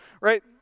right